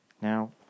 Now